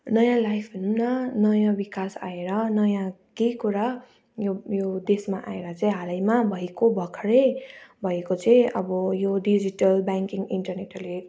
नयाँ लाइफ भनौँ न नयाँ विकास आएर नयाँ केही कुरा यो यो देशमा आएर चाहिँ हालैमा भएको भर्खरै भएको चाहिँ अब यो डिजिटल ब्याङ्किङ इन्टरनेटहरूले